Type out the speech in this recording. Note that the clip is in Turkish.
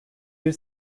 bir